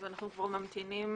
אנחנו ממתינים